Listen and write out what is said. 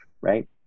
right